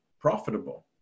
profitable